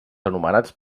anomenats